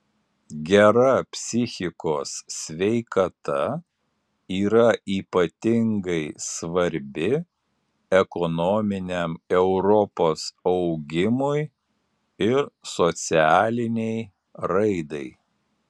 gera psichikos sveikata yra ypatingai svarbi ekonominiam europos augimui ir socialinei raidai